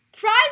Prime